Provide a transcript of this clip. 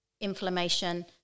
inflammation